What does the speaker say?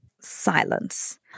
Silence